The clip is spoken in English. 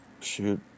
shoot